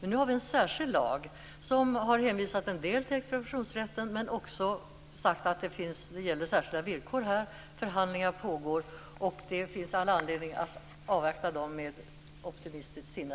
Nu har vi en särskild lag som har hänvisat en del till expropriationsrätten, men den säger också att det här gäller särskilda villkor. Förhandlingar pågår, och det finns all anledning att avvakta dem med optimistiskt sinne.